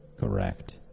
Correct